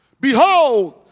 Behold